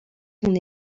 son